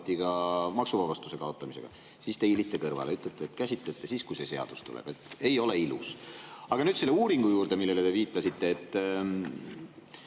maksuvabastuse kaotamisega –, siis te hiilite kõrvale, ütlete, et käsitlete siis, kui see seadus tuleb. Ei ole ilus. Aga nüüd selle uuringu juurde, millele te viitasite.